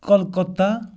calcutta